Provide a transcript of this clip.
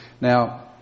Now